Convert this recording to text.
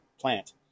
plant